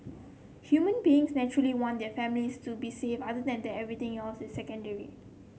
human beings naturally want their families to be safe other than that everything else is secondary